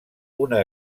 una